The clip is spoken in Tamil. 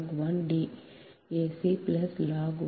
log 1 D n